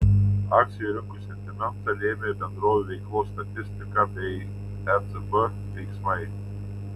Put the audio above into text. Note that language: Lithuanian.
akcijų rinkų sentimentą lėmė bendrovių veiklos statistika bei ecb veiksmai